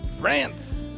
France